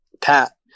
pat